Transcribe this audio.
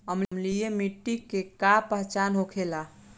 अम्लीय मिट्टी के का पहचान होखेला?